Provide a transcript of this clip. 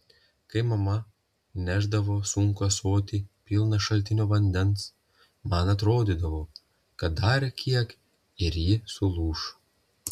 kai mama nešdavo sunkų ąsotį pilną šaltinio vandens man atrodydavo kad dar kiek ir ji sulūš